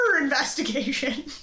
investigation